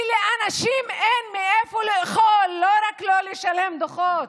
כי לאנשים אין מאיפה לאכול, לא רק לשלם דוחות.